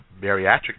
Bariatric